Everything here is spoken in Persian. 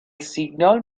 سیگنال